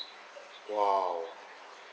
!wow!